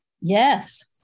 yes